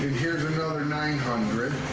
another nine hundred.